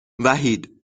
وحید